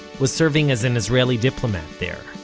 was serving as an israeli diplomat there.